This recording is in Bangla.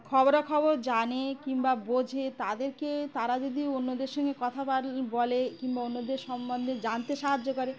খবরাখবর জানে কিংবা বোঝে তাদেরকে তারা যদি অন্যদের সঙ্গে কথা বালে বলে কিংবা অন্যদের সম্বন্ধে জানতে সাহায্য করে